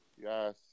Yes